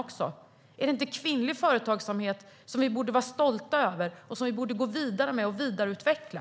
Är inte detta kvinnlig företagsamhet som vi borde vara stolta över och som vi borde gå vidare med och vidareutveckla?